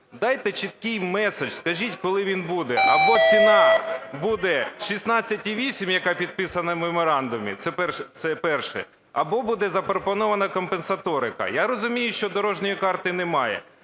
Дайте чіткий меседж, скажіть, коли він буде або ціна буде 16,8, яка підписана в меморандумі. Це перше. Або буде запропонована компенсаторика. Я розумію, що дорожньої карти немає.